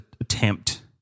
attempt